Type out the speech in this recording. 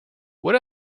what